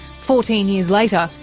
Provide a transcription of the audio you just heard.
fourteen years later,